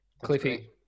Cliffy